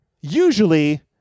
usually